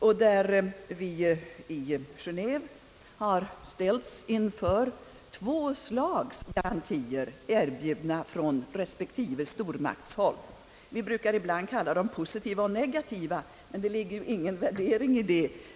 Vi har i Gené&ve ställts inför två slags garantier, erbjudna från respektive stormaktshåll. Vi brukar ibland kalla dem positiva och negativa garantier, men det ligger ingen värdering i detta.